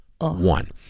one